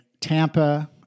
Tampa